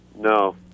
No